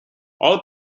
all